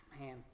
Man